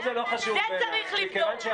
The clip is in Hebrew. זה צריך לבדוק.